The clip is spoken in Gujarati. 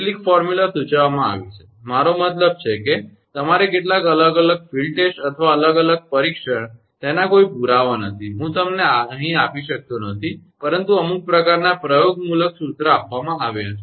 કેટલીક ફોર્મ્યુલા સૂચવવામાં આવી છે મારો મતલબ છે કે તમારે કેટલાક અલગ ફીલ્ડ ટેસ્ટ અથવા અલગ પરીક્ષણ અને તેનો કોઈ પુરાવો નથી હું તમને અહીં આપી શકતો નથી પરંતુ અમુક પ્રકારના પ્રયોગમૂલક સૂત્ર આપવામાં આવ્યાં છે